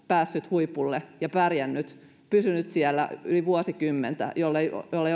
päässyt huipulle ja pärjännyt pysynyt siellä yli vuosikymmentä jollei käytettävissä